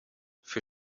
für